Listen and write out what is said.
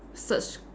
search